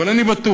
אבל אני בטוח